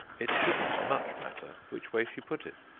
it didn't much matter which way she put it.